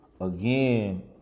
again